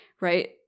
right